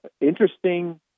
interesting